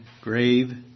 grave